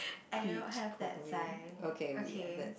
I don't have that sign okay